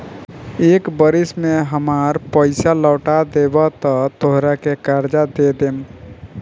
एक बरिस में हामार पइसा लौटा देबऽ त तोहरा के कर्जा दे देम